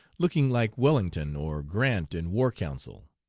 looking like wellington or grant in war council.